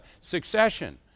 succession